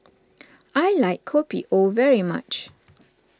I like Kopi O very much